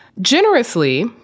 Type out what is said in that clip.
Generously